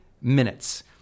minutes